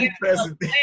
president